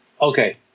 okay